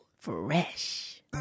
Fresh